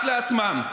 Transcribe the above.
רק לעצמם.